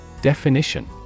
Definition